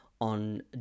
on